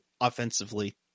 offensively